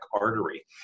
artery